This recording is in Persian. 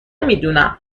میدونم